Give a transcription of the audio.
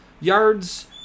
yards